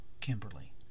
Kimberly